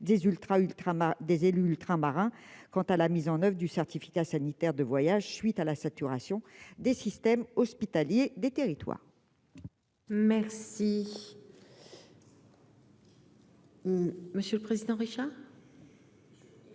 des élus ultramarins quant à la mise en oeuvre du certificat sanitaire de voyages, suite à la saturation des systèmes hospitaliers des territoires. Merci. Monsieur le président, Richard.